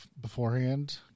beforehand